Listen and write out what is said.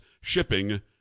shipping